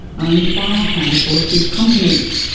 owned by a handful of big companies,